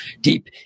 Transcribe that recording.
Deep